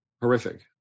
horrific